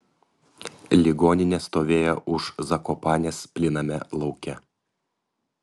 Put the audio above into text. ligoninė stovėjo už zakopanės plyname lauke